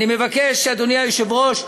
אני מבקש, אדוני היושב-ראש,